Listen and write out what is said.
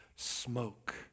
smoke